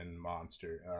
monster